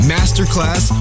Masterclass